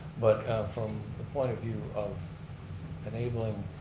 but from the point of view of enabling,